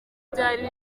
byari